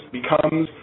becomes